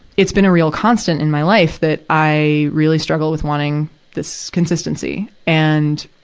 it's been a real constant in my life, that i really struggle with wanting this consistency. and,